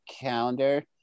calendar